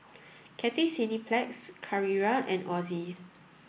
Cathay Cineplex Carrera and Ozi